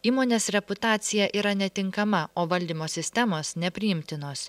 įmonės reputacija yra netinkama o valdymo sistemos nepriimtinos